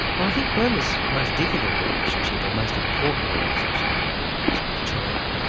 well, i think burma's most difficult relationship and most important relationship is with china.